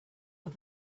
but